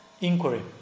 inquiry